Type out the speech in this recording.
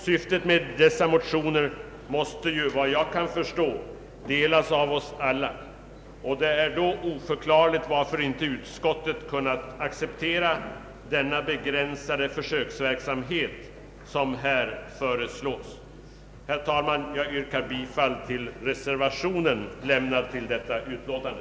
Syftet med dessa motioner måste, såvitt jag kan förstå, delas av oss alla. Det är då oförklarligt att inte utskottet kunnat acceptera den begränsade försöksverksamhet som här föreslås. Herr talman! Jag yrkar bifall till reservationen vid detta utlåtande.